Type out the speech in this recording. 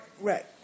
Right